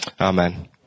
Amen